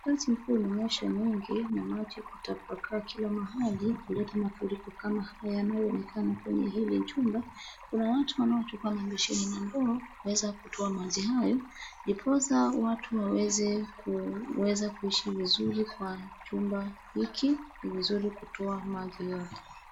Mvua nyingi imenyesha nyingi na maji kutapakaa kila mahali kuleta mafuriko kama haya yanayoonekana kwenye hili chumba. Kuna watu wanaotoka na beseni na ndoo kuweza kutoa maji hayo, ndiposa watu waweze kuweza kuishi vizuri kwa chumba hiki. Ni vizuri kutoa maji yote.